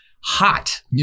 hot